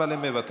אבל הם מוותרים,